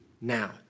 now